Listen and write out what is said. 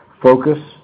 focus